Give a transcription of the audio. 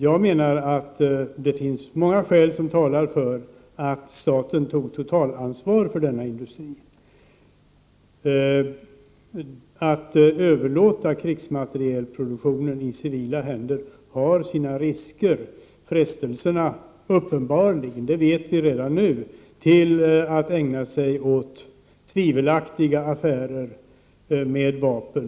Jag menar att det finns många skäl som talar för att staten tar totalansvar för denna industri. Att överlåta krigsmaterielproduktion i civila händer har sina risker. Frestelserna är uppenbara, det vet vi redan nu, att ägna sig åt tvivelaktiga affärer med vapen.